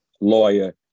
lawyer